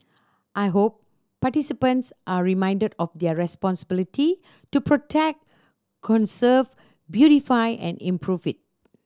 I hope participants are reminded of their responsibility to protect conserve beautify and improve it